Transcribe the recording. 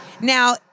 Now